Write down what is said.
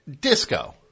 Disco